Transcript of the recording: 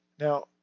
Now